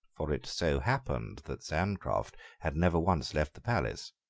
for it so happened that sancroft had never once left the palace,